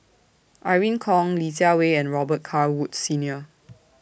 Irene Khong Li Jiawei and Robet Carr Woods Senior